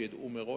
כדי שידעו מראש,